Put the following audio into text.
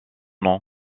nom